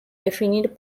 definir